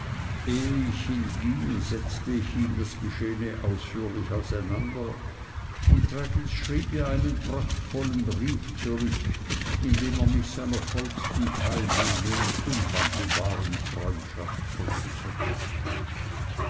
ich hinging setzte ich ihm das geschehene ausführlich auseinander und traddles schrieb mir einen prachtvollen brief zurück in dem er mich seiner vollsten teilnahme und unwandelbaren freundschaft versicherte